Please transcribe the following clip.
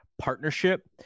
partnership